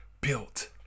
built